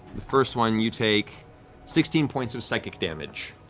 first one you take sixteen points of psychic damage,